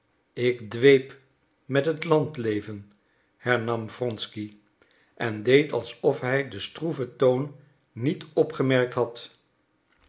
ik dweep met het landleven hernam wronsky en deed alsof hij den stroeven toon niet opgemerkt had